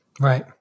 Right